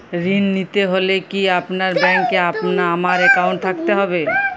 ঋণ নিতে হলে কি আপনার ব্যাংক এ আমার অ্যাকাউন্ট থাকতে হবে?